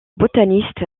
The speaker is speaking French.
botaniste